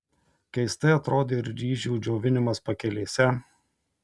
keistai atrodė ir ryžių džiovinimas pakelėse